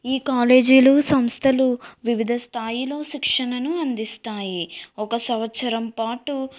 ఈ కాలేజీలు సంస్థలు వివిధ స్థాయిలో శిక్షణను అందిస్తాయి ఒక సంవత్సరం పాటు